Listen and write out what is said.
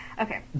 Okay